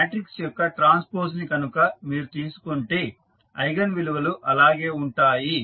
కాబట్టి మాట్రిక్స్ యొక్క ట్రాన్స్పోస్ ని కనుక మీరు తీసుకుంటే ఐగన్ విలువలు అలాగే ఉంటాయి